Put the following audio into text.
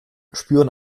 spüren